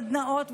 בסדנאות,